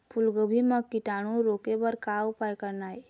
फूलगोभी म कीटाणु रोके बर का उपाय करना ये?